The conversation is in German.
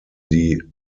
die